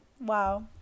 wow